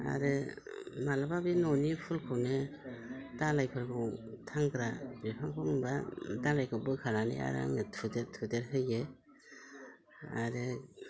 आरो माब्लाबा बे न'नि फुलखौनो दालायफोरखौ थांग्रा बिफांखौ नुबा दालायखौ बोखानानै आरो आङो थुदेर थुदेर होयो आरो